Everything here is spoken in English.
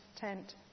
tent